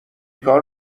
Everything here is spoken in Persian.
کار